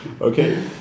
Okay